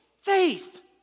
faith